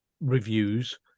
reviews